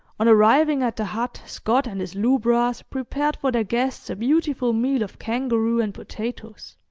on arriving at the hut scott and his lubras prepared for their guests a beautiful meal of kangaroo and potatoes.